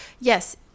yes